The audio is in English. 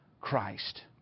Christ